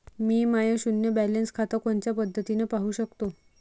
मी माय शुन्य बॅलन्स खातं कोनच्या पद्धतीनं पाहू शकतो?